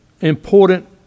important